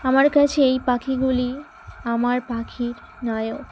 আমার কাছে এই পাখিগুলি আমার পাখির নায়ক